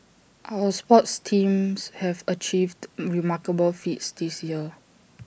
our sports teams have achieved remarkable feats this year